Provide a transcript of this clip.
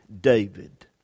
David